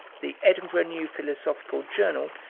the edinburgh new philosophical journal,